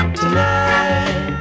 tonight